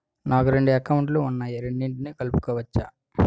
నాకు రెండు అకౌంట్ లు ఉన్నాయి రెండిటినీ కలుపుకోవచ్చా?